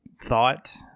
thought